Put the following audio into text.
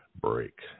Break